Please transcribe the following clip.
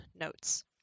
notes